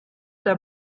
der